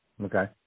Okay